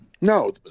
No